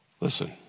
Listen